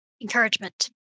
encouragement